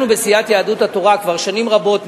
אנחנו בסיעת יהדות התורה כבר שנים רבות,